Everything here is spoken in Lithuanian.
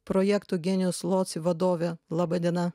projekto genius loci vadovė laba diena